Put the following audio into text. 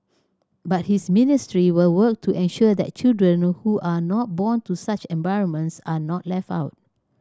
but his ministry will work to ensure that children who are not born to such environments are not left out